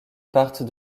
partent